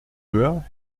höher